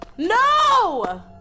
No